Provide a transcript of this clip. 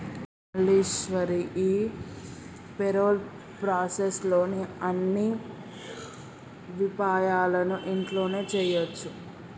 మల్లీశ్వరి ఈ payroll process లోని అన్ని విపాయాలను ఇంట్లోనే చేయొచ్చు